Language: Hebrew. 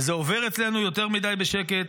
וזה עובר אצלנו יותר מדי בשקט.